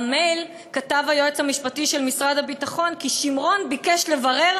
במייל כתב היועץ המשפטי של משרד הביטחון כי שמרון ביקש לברר